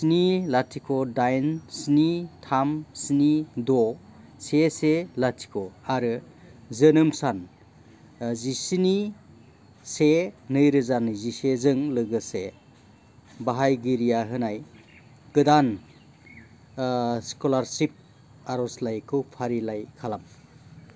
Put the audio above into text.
स्नि लाथिख' दाइन स्नि थाम स्नि द' से से लाथिख' आरो जोनोम सान जिस्नि से नैरोजा नैजिसेजों लोगोसे बाहायगिरिया होनाय गोदान स्क'लारसिप आरजलाइखौ फारिलाइ खालाम